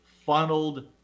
funneled